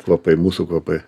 kvapai mūsų kvapai